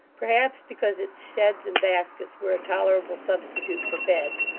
perhaps because its sheds and baskets were a tolerable substitute for beds,